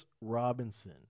Robinson